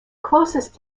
closest